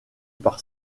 par